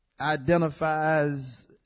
identifies